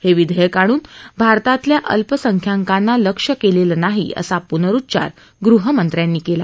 हे विधेयक आणून भारतातल्या अल्पसंख्यांना लक्ष्य केलेलं नाही असा पुनरुच्चार गृहमंत्र्यांनी केला